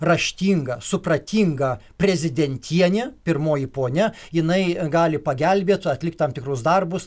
raštinga supratinga prezidentienė pirmoji ponia jinai gali pagelbėt atlikt tam tikrus darbus